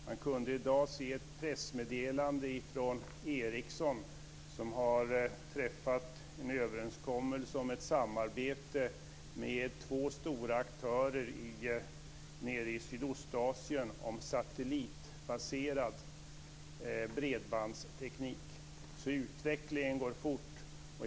Man kunde i dag se ett pressmeddelande från Ericsson som har träffat en överenskommelse om ett samarbete med två stora aktörer i Sydostasien om satellitbaserad bredbandsteknik, så utvecklingen går fort.